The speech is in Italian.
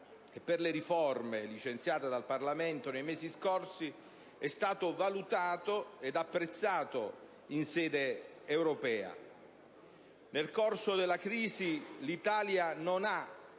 e per le riforme licenziato dal Parlamento nei mesi scorsi è stato valutato e apprezzato in sede europea. Nel corso della crisi l'Italia non ha